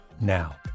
now